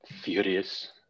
furious